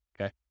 okay